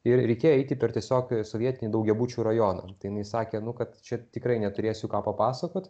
ir reikėjo eiti per tiesiog sovietinių daugiabučių rajoną tai jinai sakė nu kad čia tikrai neturėsiu ką papasakot